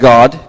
God